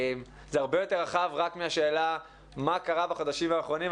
זה הרבה יותר רחב רק מהשאלה מה קרה בחודשים האחרונים.